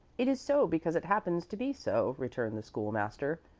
it is so because it happens to be so, returned the school-master.